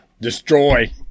destroy